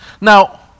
Now